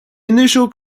initial